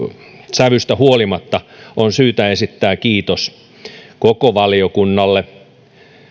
sävystä huolimatta on myös syytä esittää kiitos koko valiokunnalle